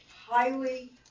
highly